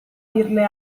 dirle